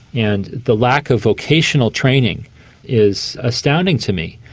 and the lack of vocational training is astounding to me.